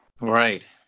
Right